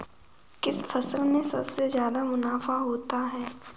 किस फसल में सबसे जादा मुनाफा होता है?